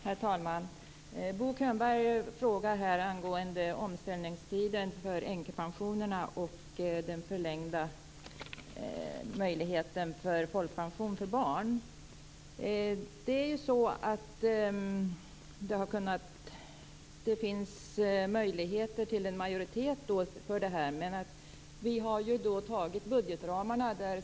Herr talman! Bo Könberg frågar här om omställningstiden för änkepensionerna och den förlängda möjligheten till folkpension för barn. Det är så att det finns möjligheter till en majoritet för det här. Men vi har ju fattat beslut om budgetramarna.